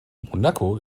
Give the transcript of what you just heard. monaco